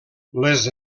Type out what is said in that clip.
les